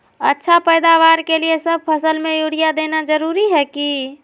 अच्छा पैदावार के लिए सब फसल में यूरिया देना जरुरी है की?